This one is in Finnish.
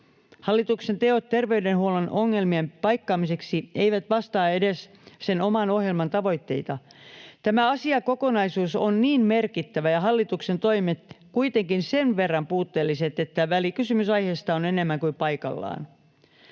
Hallituksen teot terveydenhuollon ongelmien paikkaamiseksi eivät vastaa edes sen oman ohjelman tavoitteita. Tämä asiakokonaisuus on niin merkittävä ja hallituksen toimet kuitenkin sen verran puutteelliset, että välikysymys aiheesta on enemmän kuin paikallaan.